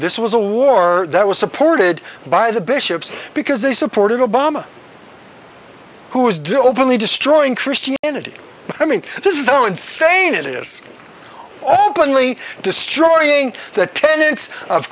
this was a war that was supported by the bishops because they supported obama who is do openly destroying christianity i mean this is how insane it is openly destroying the tenets of